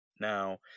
Now